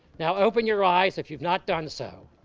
now open your eyes if you've not done so.